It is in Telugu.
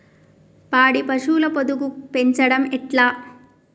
పాడి పశువుల పొదుగు పెంచడం ఎట్లా?